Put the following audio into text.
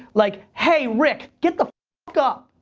like, hey rick, get the up!